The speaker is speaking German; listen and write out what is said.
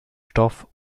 stoff